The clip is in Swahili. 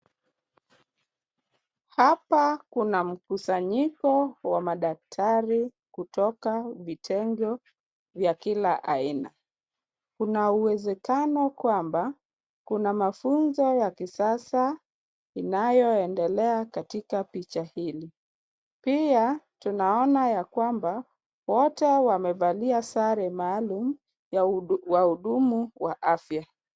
Hapa kuna mkusanyiko wa madaktari kutoka vitengo vya kila aina. Kuna uwezekano kwamba kuna mafunzo ya kisasa inayoendelea katika picha hili. Pia tunaona ya kwamba wote wamevalia sare maalum ya wahudumu wa afya.